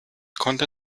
konnte